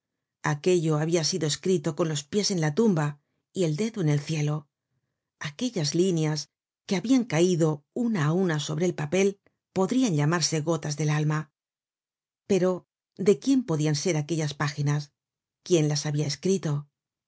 aquello habia sido escrito con los pies en la tumba y el dedo en el cielo aquellas líneas que habian caido una á una sobre el papel podrian llamarse gotas del alma content from google book search generated at pero de quién podian ser aquellas páginas quién las habia escrito